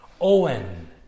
Owen